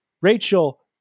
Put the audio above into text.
Rachel